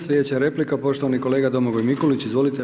Slijedeća replika poštovani kolega Domagoj Mikulić, izvolite.